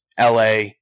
LA